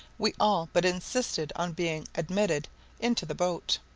we all but insisted on being admitted into the boat.